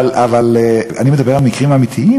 אבל אני מדבר על מקרים אמיתיים: